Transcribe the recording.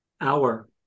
hour